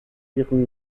ihrem